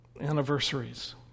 anniversaries